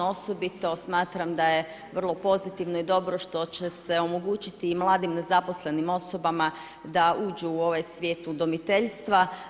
Osobito smatram da je vrlo pozitivno i dobro što će se omogućiti i mladim nezaposlenim osobama da uđu u ovaj svijet udomiteljstva.